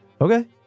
okay